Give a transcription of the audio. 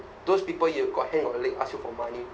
those people you've got hand or leg ask you for money